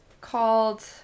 called